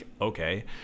okay